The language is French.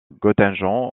göttingen